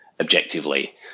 objectively